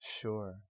Sure